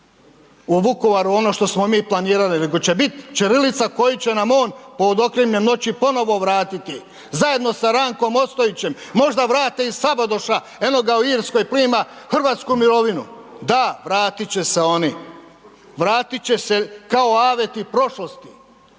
u Vukovaru ono što smo mi planirali nego će bit ćirilica koju će nam on pod okriljem noći ponovo vratiti zajedno sa Rankom Ostojićem, možda vrate i Sabodoša, eno ga u Irskoj prima hrvatsku mirovinu. Da vratit će se oni, vratit će se kao aveti prošlosti